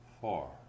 four